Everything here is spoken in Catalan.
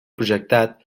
projectat